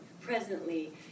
presently